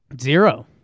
Zero